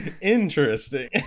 interesting